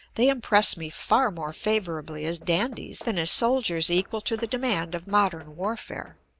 they impress me far more favorably as dandies than as soldiers equal to the demand of modern warfare.